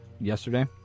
yesterday